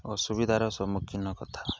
ଅସୁବିଧାର ସମ୍ମୁଖୀନ କଥା